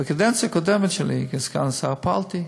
בקדנציה הקודמת שלי כסגן שר פעלתי.